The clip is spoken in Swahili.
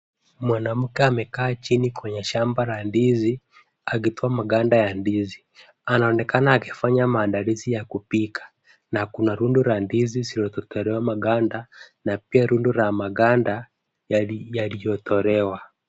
Mwanamke amekaa chini kwenye shamba la ndizi, akitoa maganda ya ndizi. Anaonekana akifanya maandalizi ya kupika, na kuna rundo la ndizi zilizotolewa maganda, na pia rundo la maganda yali yaliyotolewa.